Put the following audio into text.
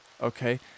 okay